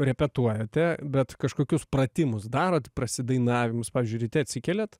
repetuojate bet kažkokius pratimus darot prasidainavimus pavyzdžiui ryte atsikeliat